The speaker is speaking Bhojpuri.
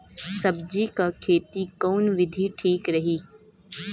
सब्जी क खेती कऊन विधि ठीक रही?